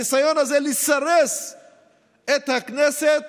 הניסיון הזה לסרס את הכנסת,